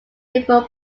river